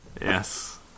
Yes